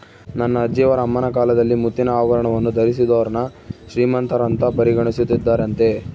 ನನ್ನ ಅಜ್ಜಿಯವರ ಅಮ್ಮನ ಕಾಲದಲ್ಲಿ ಮುತ್ತಿನ ಆಭರಣವನ್ನು ಧರಿಸಿದೋರ್ನ ಶ್ರೀಮಂತರಂತ ಪರಿಗಣಿಸುತ್ತಿದ್ದರಂತೆ